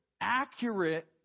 accurate